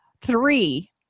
three